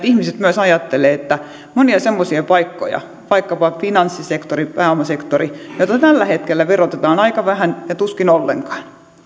ihmiset myös ajattelevat että monia semmoisia paikkoja vaikkapa finanssisektori pääomasektori joita tällä hetkellä verotetaan aika vähän ja tuskin ollenkaan